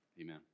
Amen